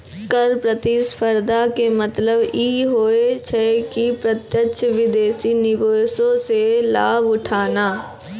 कर प्रतिस्पर्धा के मतलब इ होय छै कि प्रत्यक्ष विदेशी निवेशो से लाभ उठाना